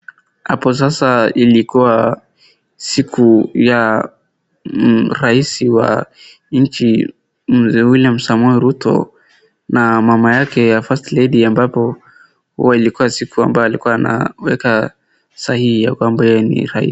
Hapo sasa ilikua siku ya rais wa nchi mzee William Samoei Ruto na mama yake ya first lady ambapo walikua siku amabyo alikuaana weka sahihi ya kwamba yeye ni rais